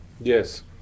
Yes